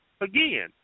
Again